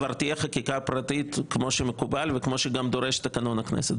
כבר תהיה חקיקה פרטית כמו שמקובל וכמו שגם דורש תקנון הכנסת.